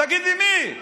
תגיד לי מי.